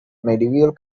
medieval